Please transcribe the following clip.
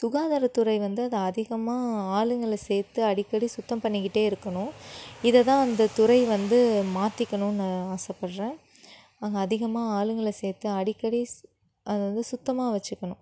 சுகாதாரத்துறை வந்து அதை அதிகமாக ஆளுங்களை சேர்த்து அடிக்கடி சுத்தம் பண்ணிக்கிட்டே இருக்கணும் இதை தான் அந்த துறை வந்து மாற்றிக்கணும்னு ஆசைப்படுறேன் அங்கே அதிகமாக ஆளுங்களை சேர்த்து அடிக்கடி அதை சுத்தமாக வச்சுக்கணும்